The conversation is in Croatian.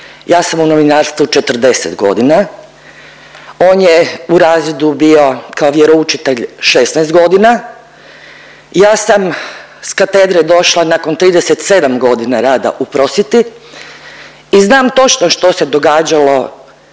ja sam u novinarstvu 40 godina. On je u razredu bio kao vjeroučitelj 16 godina, ja sam s katedre došla nakon 37 godina rada u prosvjeti i znam točno što se događalo